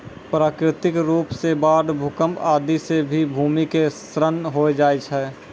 प्राकृतिक रूप सॅ बाढ़, भूकंप आदि सॅ भी भूमि के क्षरण होय जाय छै